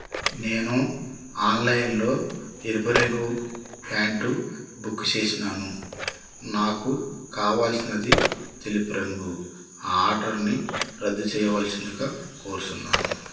నేను ఆన్లైన్లో ఇరుపరేకు ప్యాంటు బుక్ చేసాను నాకు కావాల్సినది తెలుపు రంగు ఆర్డర్ని రద్దు చేయవలసిందిగా కోరుతున్నాను